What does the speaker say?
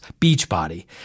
Beachbody